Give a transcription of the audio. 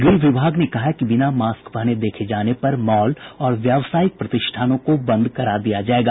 गृह विभाग ने कहा है कि बिना मास्क पहने देखे जाने पर मॉल और व्यावसायिक प्रतिष्ठानों को बंद करा दिया जायेगा